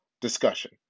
discussion